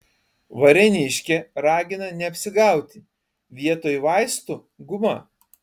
varėniškė ragina neapsigauti vietoj vaistų guma